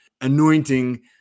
anointing